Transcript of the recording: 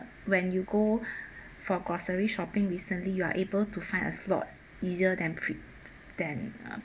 when you go for grocery shopping recently you are able to find a slots easier than fre~ then